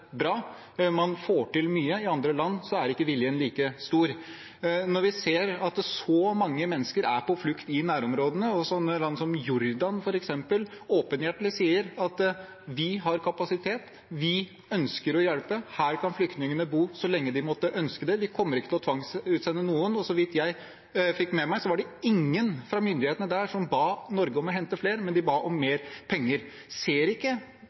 bra, man får til mye, i andre land er ikke viljen like stor. Vi ser at mange mennesker er på flukt i nærområdene. Land som f.eks. Jordan sier åpenhjertig at de har kapasitet, de ønsker å hjelpe, der kan flyktningene bo så lenge de måtte ønske det, de kommer ikke til å tvangsutsende noen. Så vidt jeg fikk med meg, var det ingen fra myndighetene der som ba Norge om å hente flere, men de ba om mer penger. Ser ikke